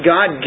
God